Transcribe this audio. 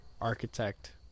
architect